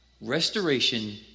Restoration